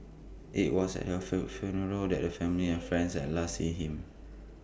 IT was at her feel funeral that the family and friends had last seen him